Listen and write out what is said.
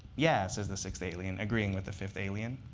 yeah, says the sixth alien, agreeing with the fifth alien.